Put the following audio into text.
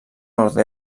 nord